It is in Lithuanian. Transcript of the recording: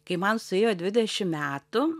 kai man suėjo dvidešim metų